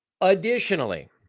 Additionally